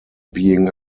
being